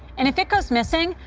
and if it goes missing,